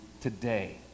today